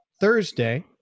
Thursday